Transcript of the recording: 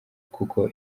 kuko